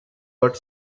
but